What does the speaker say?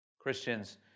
Christians